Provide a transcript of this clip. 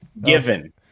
given